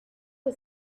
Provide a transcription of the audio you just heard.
que